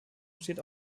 steht